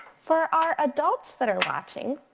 for our adults that are watching,